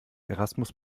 erasmus